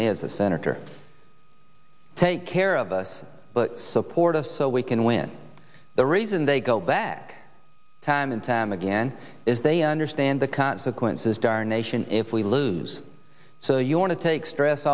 me as a senator take care of us but support us so we can win the reason they go back time and time again is they understand the consequences darnation if we lose so you want to take stress